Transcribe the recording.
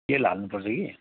तेल हाल्नु पर्छ कि